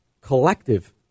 collective